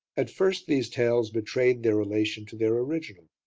at first, these tales betrayed their relation to their original.